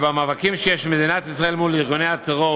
במאבקים שיש למדינת ישראל מול ארגוני הטרור,